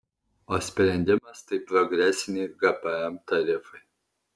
o sprendimas tai progresiniai gpm tarifai